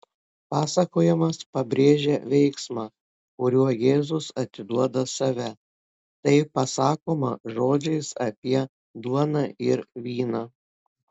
pasakojimas pabrėžia veiksmą kuriuo jėzus atiduoda save tai pasakoma žodžiais apie duoną ir vyną